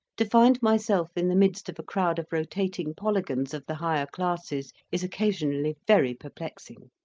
to find myself in the midst of a crowd of rotating polygons of the higher classes, is occasionally very perplexing.